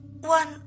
one